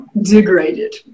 Degraded